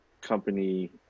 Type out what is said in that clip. company